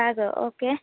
ബാഗോ okay